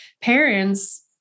parents